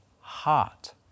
heart